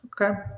Okay